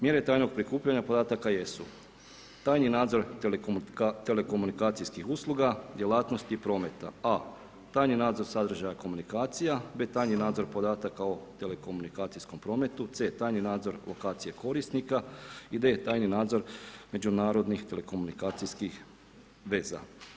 Mjere tajnog prikupljanja podataka jesu tajni nadzor telekomunikacijskih usluga, djelatnosti i prometa, a tajni nadzor sadržaja komunikacija te tajni nadzor podataka o telekomunikacijskom prometu, c) tajni nadzor lokacije korisnika i d) tajni nadzor međunarodnih telekomunikacijskih veza.